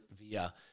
via